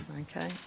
Okay